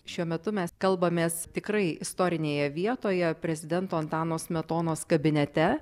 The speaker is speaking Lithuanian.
šiuo metu mes kalbamės tikrai istorinėje vietoje prezidento antano smetonos kabinete